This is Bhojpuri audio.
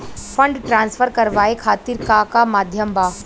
फंड ट्रांसफर करवाये खातीर का का माध्यम बा?